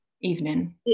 evening